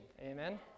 Amen